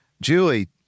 Julie